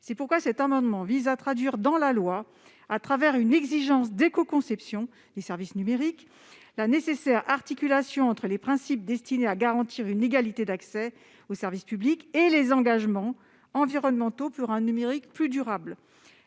C'est pourquoi j'ai déposé cet amendement qui vise à traduire dans la loi, à travers une exigence d'écoconception des services numériques, la nécessaire articulation entre les principes destinés à garantir une égalité d'accès aux services publics et les engagements environnementaux pour un numérique plus durable.